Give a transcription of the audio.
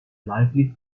lively